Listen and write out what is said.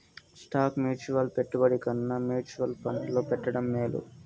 stock mutual పెట్టుబడి కన్నా mutual ఫండ్లో పెట్టడం మేలు